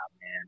man